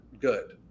good